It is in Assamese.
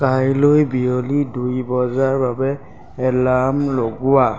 কাইলৈ বিয়লি দুই বজাৰ বাবে এলাৰ্ম লগোৱা